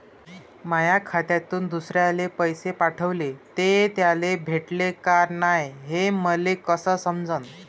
माया खात्यातून दुसऱ्याले पैसे पाठवले, ते त्याले भेटले का नाय हे मले कस समजन?